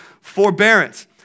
Forbearance